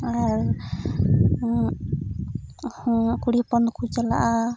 ᱟᱨ ᱠᱩᱲᱤ ᱦᱚᱯᱚᱱ ᱫᱚᱠᱚ ᱪᱟᱞᱟᱜᱼᱟ